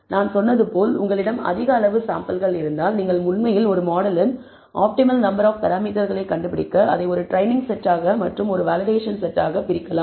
எனவே நான் சொன்னது போல் உங்களிடம் அதிக அளவு சாம்பிள்கள் இருந்தால் நீங்கள் உண்மையில் ஒரு மாடலின் ஆப்டிமல் நம்பர் ஆப் பராமீட்டர்களை கண்டுபிடிக்க அதை ஒரு ட்ரெய்னிங் செட்டாக மற்றும் ஒரு வேலிடேஷன் செட்டாக பிரிக்கலாம்